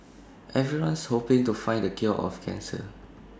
everyone's hoping to find the cure for cancer